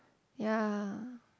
ya